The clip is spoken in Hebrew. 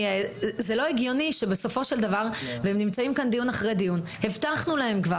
זה לא הגיוני שבסופו של דבר הבטחנו להם.